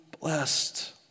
blessed